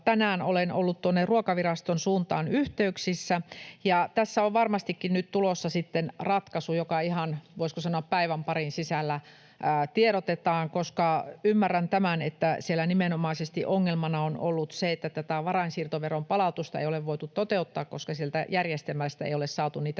Tänään olen ollut Ruokaviraston suuntaan yhteyksissä, ja tässä on varmastikin nyt tulossa sitten ratkaisu, josta ihan, voisiko sanoa, päivän parin sisällä tiedotetaan. Ymmärrän tämän, että siellä ongelmana on nimenomaisesti ollut se, että tätä varainsiirtoveron palautusta ei ole voitu toteuttaa, koska sieltä järjestelmästä ei ole saatu niitä